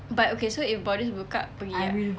but okay so if borders buka pergi tak